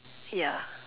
ya